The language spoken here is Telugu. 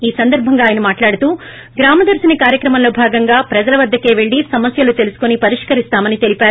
ఈ సందర్బంగా ఆయన మాట్లాడుతూ గ్రామదర్శిని కార్యక్రమంలో భాగంగా ప్రజల వద్దకే పెళ్లి సమస్యలు తెలుసుకుని పరిష్కరిస్తామని తెలిపారు